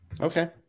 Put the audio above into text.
Okay